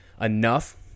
enough